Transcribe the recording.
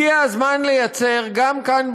הגיע הזמן ליצור גם כאן,